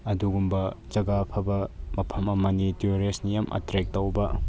ꯑꯗꯨꯒꯨꯝꯕ ꯖꯒꯥ ꯑꯐꯕ ꯃꯐꯝ ꯑꯃꯅꯤ ꯇ꯭ꯌꯨꯔꯤꯁꯅ ꯌꯥꯝ ꯑꯇ꯭ꯔꯦꯛ ꯇꯧꯕ